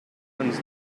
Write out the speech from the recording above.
ruins